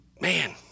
Man